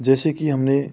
जैसे कि हमने